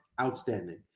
outstanding